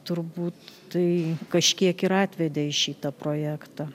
turbūt tai kažkiek ir atvedė į šitą projektą